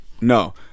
No